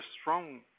strong